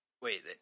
Wait